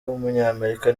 w’umunyamerika